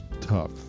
Tough